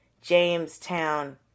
Jamestown